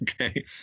Okay